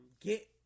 get